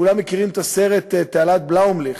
כולם מכירים את הסרט "תעלת בלאומילך".